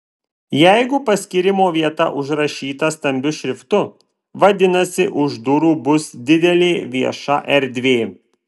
jeigu paskyrimo vieta užrašyta stambiu šriftu vadinasi už durų bus didelė vieša erdvė